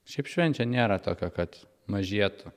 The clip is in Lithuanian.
šiaip švenčia nėra tokia kad mažėtų